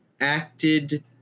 acted